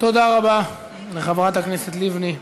תודה רבה לחברת הכנסת לבני.